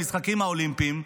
למשחקים האולימפיים,